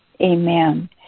Amen